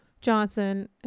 Johnson